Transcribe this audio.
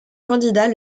candidat